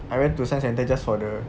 I went to science centre just for the